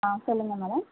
ஆ சொல்லுங்கள் மேடம்